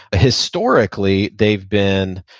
historically, they've been